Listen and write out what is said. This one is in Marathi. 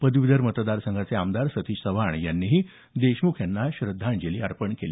पदवीधर मतदार संघाचे आमदार सतीश चव्हाण यांनी देशमुख यांना श्रद्धांजली अर्पण केली